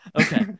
Okay